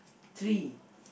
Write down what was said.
three